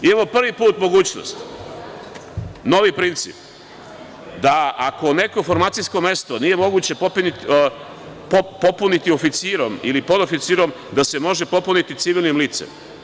Imamo prvi put mogućnost, novi princip da ako neko formacijsko mesto nije moguće popuniti oficirom ili podoficirom, da se može popuniti civilnim licem.